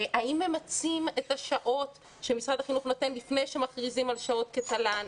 האם ממצים את השעות שמשרד החינוך נותן לפני שמכריזים על שעות כתל"ן?